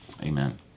amen